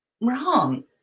wrong